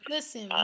Listen